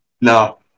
No